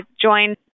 joined